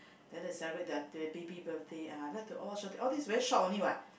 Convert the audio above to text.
then the celebrate their the baby birthday ah I like to all these very short only what